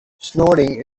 snorting